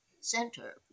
center